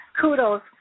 kudos